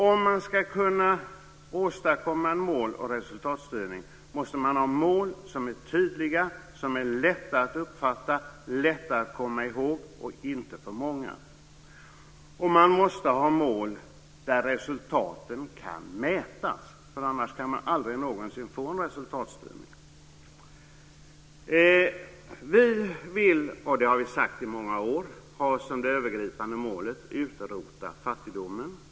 Om vi ska kunna åstadkomma en mål och resultatstyrning måste vi ha mål som är tydliga, som är lätta att uppfatta, lätta att komma ihåg och inte för många. Och man måste ha mål där resultaten kan mätas, för annars kan man aldrig någonsin får en resultatstyrning. Vi vill, och det har vi sagt i många år, ha som det övergripande målet att utrota fattigdomen.